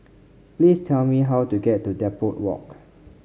please tell me how to get to Depot Walk